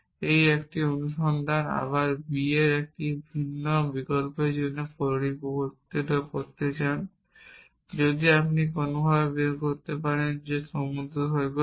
এই একই অনুসন্ধান আবার b এর একটি ভিন্ন বিকল্পের জন্য পুনরাবৃত্তি করতে চান যদি আপনি কোনভাবে বের করতে পারেন যে সমুদ্র সৈকত হয়